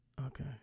Okay